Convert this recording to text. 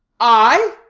i?